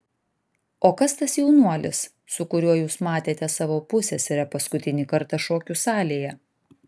o kas tas jaunuolis su kuriuo jūs matėte savo pusseserę paskutinį kartą šokių salėje